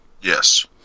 Yes